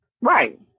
Right